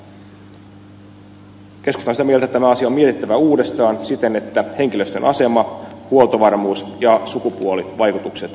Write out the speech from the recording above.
keskusta on sitä mieltä että tämä asia on mietittävä uudestaan siten että henkilöstön asema huoltovarmuus ja sukupuolivaikutukset huomioidaan